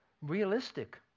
Realistic